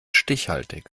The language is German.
stichhaltig